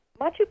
Machu